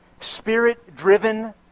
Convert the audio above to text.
spirit-driven